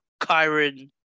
Kyron